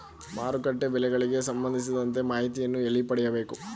ಮಾರುಕಟ್ಟೆ ಬೆಲೆಗಳಿಗೆ ಸಂಬಂಧಿಸಿದಂತೆ ಮಾಹಿತಿಯನ್ನು ಎಲ್ಲಿ ಪಡೆಯಬೇಕು?